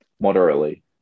Moderately